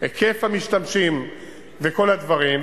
היקף המשתמשים וכל הדברים,